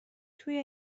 توی